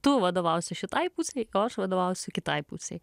tu vadovausi šitai pusei o aš vadovausiu kitai pusei